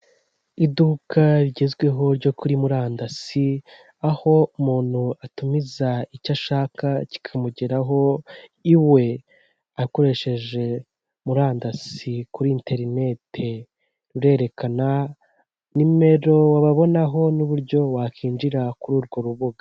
Iduka rigezweho ryo kuri murandasi; aho umuntu atumiza icyo ashaka kikamugeraho iwe akoresheje murandasi kuri interinete; rurerekana nimero wababonaho n'uburyo wakinjira kuri urwo rubuga.